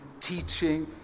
teaching